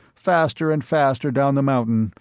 faster and faster down the mountain,